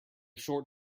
short